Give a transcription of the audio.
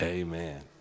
Amen